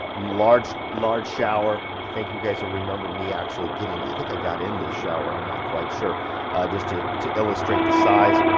large large shower. i think you guys will remember me actually getting, i think i got in this shower. i'm not quite sure just to to illustrate the size,